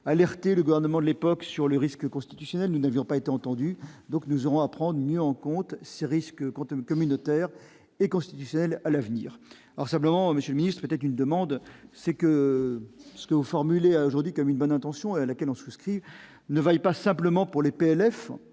alerté le gouvernement de l'époque sur les risques constitutionnels, nous n'avions pas été entendus, donc nous aurons à prendre mieux en compte ces risques comptables communautaire et constitutionnel, à l'avenir, alors simplement Monsieur ministre était une demande, c'est que ce que vous formulez aujourd'hui comme une bonne intention à laquelle on souscrit ne vaille pas simplement pour les PLF